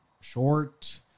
short